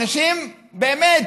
אנשים באמת